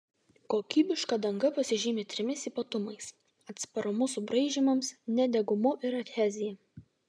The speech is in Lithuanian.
kokybiška danga pasižymi trimis ypatumais atsparumu subraižymams nedegumu ir adhezija